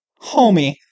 Homie